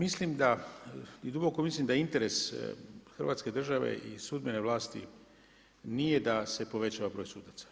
Ja mislim da i duboko mislim da interes Hrvatske države i sudbene vlasti nije da se povećava broj sudaca.